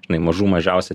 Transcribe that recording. žinai mažų mažiausia